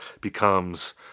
becomes